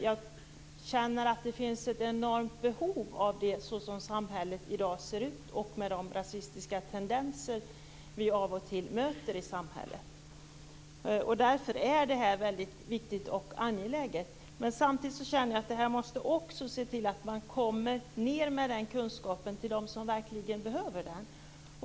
Jag känner att det finns ett enormt behov av det som samhället ser ut i dag och med tanke på de rasistiska tendenser vi av och till möter ute i samhället. Därför är det här väldigt viktigt och angeläget. Samtidigt känner jag att man måste se till att man kommer ner med kunskapen till dem som verkligen behöver den.